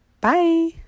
Bye